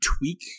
tweak